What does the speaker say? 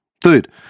Dude